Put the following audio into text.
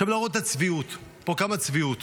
להראות את הצביעות, יש פה כמה צביעות.